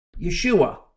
Yeshua